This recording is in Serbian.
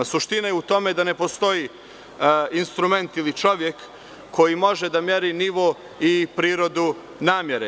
Suština je u tome da ne postoji instrument ili čovek može da meri nivo i prirodu namere.